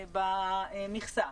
במכסה.